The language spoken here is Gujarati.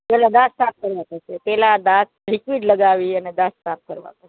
પહેલાં દાંત સાફ કરવા પડશે પહેલાં દાંત લિકવિડ લગાવી અને દાંત સાફ કરવા પડશે